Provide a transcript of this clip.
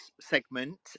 segment